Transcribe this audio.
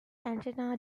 antenna